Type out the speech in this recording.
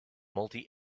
multi